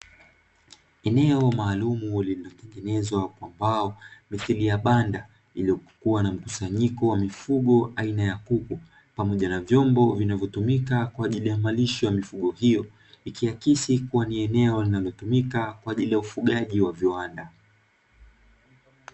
Eneo maalumu lililotengenezwa kwa mbao mithili ya banda, iliyokuwa na mkusanyiko wa mifugo aina ya kuku, pamoja na vyombo vinavyotumika kwa ajili ya malisho ya mifugo hiyo, ikiakisi kuwa ni eneo linalotumika kwa ajili ya ufugaji wa viwanda.